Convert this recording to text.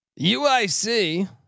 UIC